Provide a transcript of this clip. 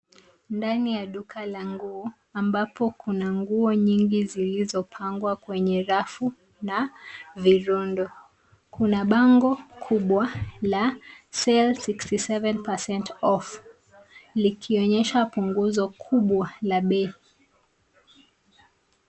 Ndani ya duka la nguo ambapo kuna nguo nyingi zilizopangwa kwenye rafu na virundo. Kuna bango kubwa la Sale 67% Off likionyesha punguzo kubwa la bei.